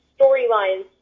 storylines